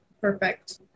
Perfect